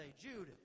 Jude